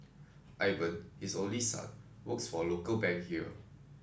Ivan his only son works for a local bank here